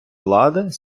влади